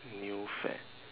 new fad